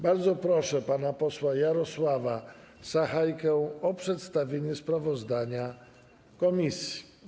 Bardzo proszę pana posła Jarosława Sachajkę o przedstawienie sprawozdania komisji.